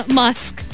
musk